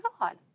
God